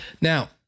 Now